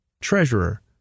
Treasurer